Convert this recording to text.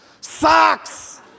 Socks